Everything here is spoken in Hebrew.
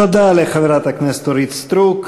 תודה לחברת הכנסת אורית סטרוק.